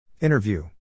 Interview